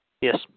Yes